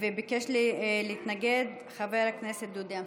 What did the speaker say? ביקש להתנגד חבר הכנסת דודי אמסלם.